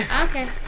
okay